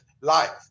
life